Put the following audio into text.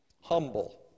humble